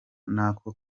n’ako